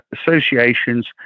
associations